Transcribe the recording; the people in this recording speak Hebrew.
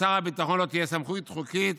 לשר הביטחון לא תהיה סמכות חוקית